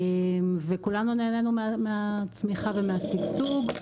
כולנו נהנינו מהצמיחה ומהשגשוג.